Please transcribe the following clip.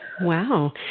Wow